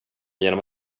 genom